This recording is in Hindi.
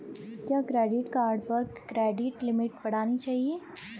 क्या क्रेडिट कार्ड पर क्रेडिट लिमिट बढ़ानी चाहिए?